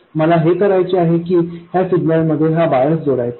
मला हे करायचे आहे की ह्या सिग्नल मध्ये हा बायस जोडायचा आहे